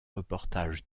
reportage